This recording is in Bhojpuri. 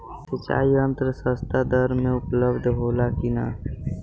सिंचाई यंत्र सस्ता दर में उपलब्ध होला कि न?